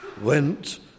went